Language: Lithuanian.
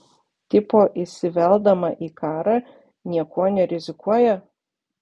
tipo įsiveldama į karą niekuo nerizikuoja